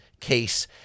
case